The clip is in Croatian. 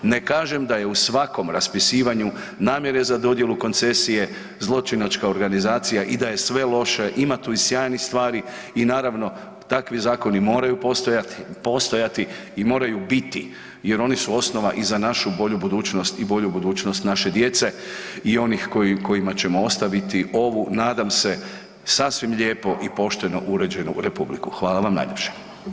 Ne kažem da je u svakom raspisivanju namjere za dodjelu koncesije zločinačka organizacija i da je sve loše, ima tu i sjajnih stvari i naravno, takvi zakoni moraju postojati i moraju biti jer oni su osnova i za našu bolju budućnost i bolju budućnost naše djece i onih kojima ćemo ostaviti ovu nadam se sasvim lijepo i pošteno uređenu republiku, hvala vam najljepša.